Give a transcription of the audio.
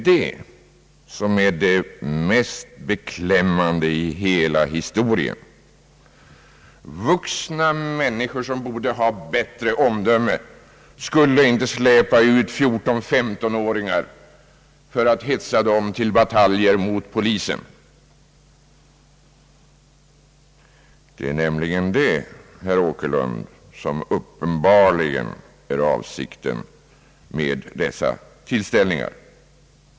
Det mest beklämmande i hela historien är att vuxna människor, som borde ha bättre omdöme, släpar ut 14—15-åringar och hetsar dem till bataljer mot polisen, ty detta är uppenbarligen avsikten med dessa tillställningar.